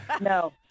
No